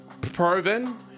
Proven